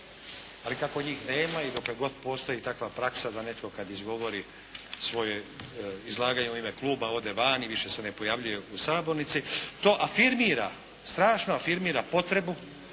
Ali kako njih nema i dokle god postoji takva praksa da netko kad izgovori svoje izlaganje u ime kluba ode van i više se ne pojavljuje u sabornici, to afirmira, strašno afirmira potrebu